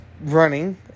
running